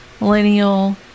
millennial